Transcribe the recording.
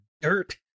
dirt